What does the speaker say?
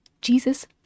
Jesus